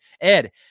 Ed